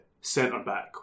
centre-back